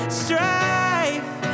strife